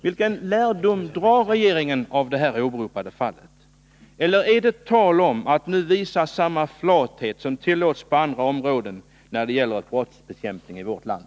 Eller är det fråga om att nu visa samma flathet som tillåts på andra områden när det gäller brottsbekämpning i vårt land?